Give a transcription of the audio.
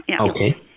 Okay